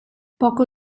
poco